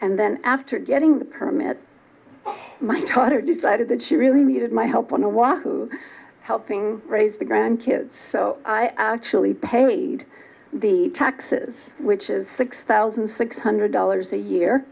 and then after getting the permit my daughter decided that she really needed my help and i was to helping raise the grandkids so i actually paid the taxes which is six thousand six hundred dollars a year